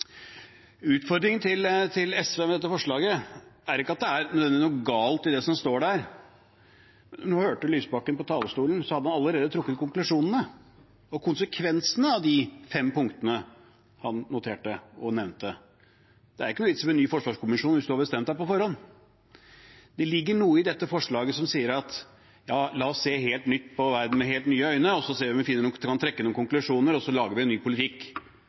Utfordringen til SV med dette forslaget er ikke at det nødvendigvis er noe galt i det som står der. Da vi hørte Lysbakken på talerstolen, hadde han allerede trukket konklusjonene og konsekvensene av de fem punktene han noterte og nevnte. Det er ingen vits med en ny forsvarskommisjon hvis en har bestemt seg på forhånd. Det ligger noe i dette forslaget som sier: La oss se helt nytt på verden – med helt nye øyne – og så ser vi om vi kan trekke noen konklusjoner, og så lager vi ny politikk.